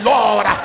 Lord